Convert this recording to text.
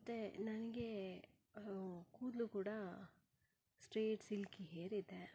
ಮತ್ತು ನನಗೆ ಕೂದಲೂ ಕೂಡ ಸ್ಟ್ರೈಟ್ ಸಿಲ್ಕೀ ಹೇರ್ ಇದೆ